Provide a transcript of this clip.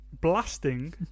blasting